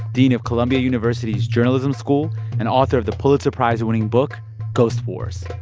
dean of columbia university's journalism school and author of the pulitzer prize-winning book ghost wars.